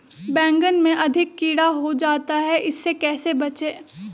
बैंगन में अधिक कीड़ा हो जाता हैं इससे कैसे बचे?